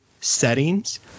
settings